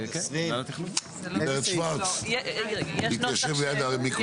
20. גברת שורץ, להתיישב ליד המיקרופון.